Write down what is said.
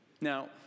Now